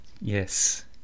Yes